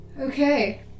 Okay